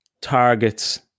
targets